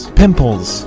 pimples